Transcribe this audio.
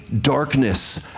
darkness